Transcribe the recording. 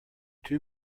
two